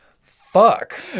fuck